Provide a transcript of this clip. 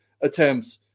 attempts